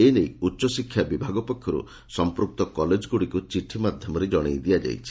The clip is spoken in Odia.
ଏନେଇ ଉଚ୍ଚଶିକ୍ଷା ବିଭାଗ ପକ୍ଷର୍ ସମ୍ମକ୍ତ କଲେଜଗୁଡ଼ିକୁ ଚିଠି ମାଧ୍ଧମରେ ଜଣେଇ ଦିଆଯାଇଛି